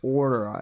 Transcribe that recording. order